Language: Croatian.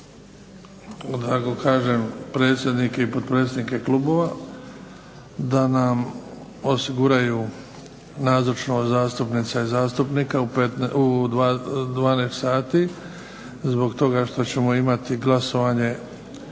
da tako kažem predsjednike i potpredsjednike klubova da nam osiguraju nazočnost zastupnica i zastupnika u 12 sati, zbog toga što ćemo imati glasovanje